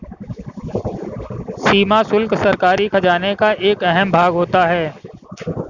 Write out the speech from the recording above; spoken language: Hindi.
सीमा शुल्क सरकारी खजाने का एक अहम भाग होता है